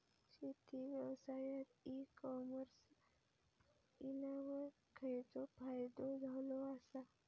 शेती व्यवसायात e commerce इल्यावर खयचो फायदो झालो आसा?